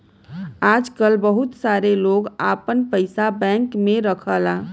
आजकल बहुत सारे लोग आपन पइसा बैंक में रखला